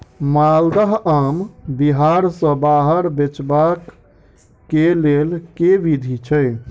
माल्दह आम बिहार सऽ बाहर बेचबाक केँ लेल केँ विधि छैय?